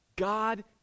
God